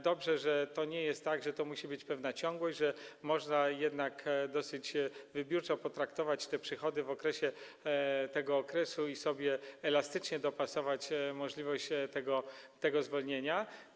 Dobrze, że to nie jest tak, że to musi być pewna ciągłość, że można jednak dosyć wybiórczo potraktować te przychody w tym okresie i sobie elastycznie dopasować możliwość tego zwolnienia.